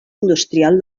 industrial